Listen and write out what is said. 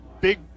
big